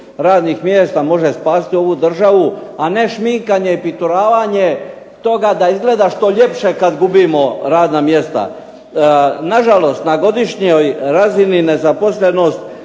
radnih mjesta može spasiti ovu državu, a ne šminkanje i pituravanje toga da izgleda što ljepše kad gubimo radna mjesta. Nažalost, na godišnjoj razini nezaposlenost